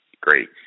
Great